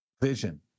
Vision